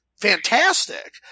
fantastic